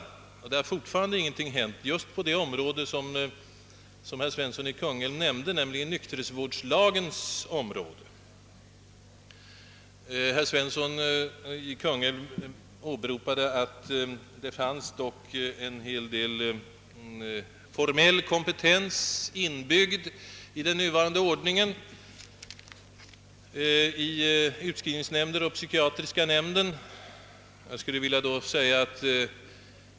Såvitt jag vet har sedan dess knappast någonting hänt ens på detta område som herr Svensson i Kungälv också här nämnde, alltså inom processen enligt lagstiftningen beträffande nykterhetsvården. Herr Svensson framhöll att det finns en hel del formell och juridisk kompetens inbyggd i den nuvarande ordningen genom bestämmelserna om utskrivningsnämndernas och psykiatriska nämndens sammansättning.